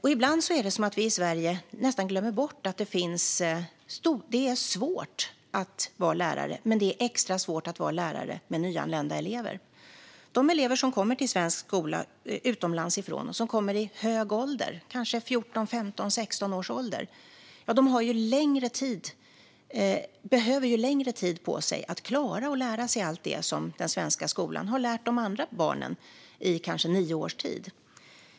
Ibland är det som att vi i Sverige nästan glömmer bort att det är svårt att vara lärare, men extra svårt att vara lärare åt nyanlända elever. De elever som kommer till svensk skola utomlands ifrån och som kommer i hög ålder - kanske i 14, 15 eller 16 års ålder - behöver ju längre tid på sig att lära sig allt det som den svenska skolan har lärt de andra barnen under kanske nio års tid.